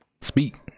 speak